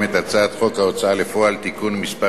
את הצעת חוק ההוצאה לפועל (תיקון מס'